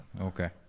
Okay